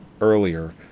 earlier